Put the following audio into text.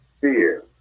fear